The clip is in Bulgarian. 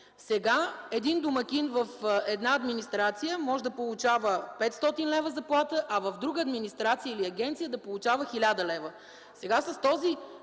сега един домакин в една администрация може да получава 500 лв. заплата, а в друга администрация или агенция да получава 1000 лв.